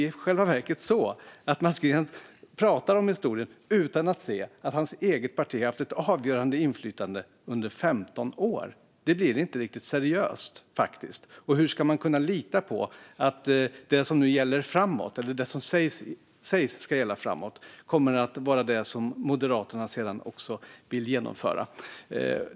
I själva verket är det så att Mats Green pratar om historien utan att se att hans eget parti har haft ett avgörande inflytande under 15 år. Det blir faktiskt inte riktigt seriöst. Hur ska man kunna lita på att det som Moderaterna säger ska gälla framöver kommer att vara det som de sedan också vill genomföra?